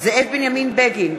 זאב בנימין בגין,